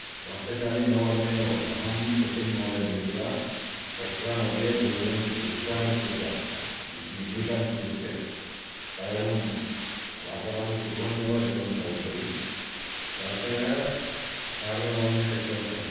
प्रातःकाले नववादने एव अहं सचिन् महोदयः मिलित्वा कट्रा मध्ये भोजनम् उपहारं कृत्वा इड् इड्लिकां स्वीकृत्य पलरं वार्तालापं कुर्वन्नेव गतवन्तः उपरि प्रातः सार्धनववादने त्यक्तवन्तः